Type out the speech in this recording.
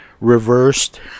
reversed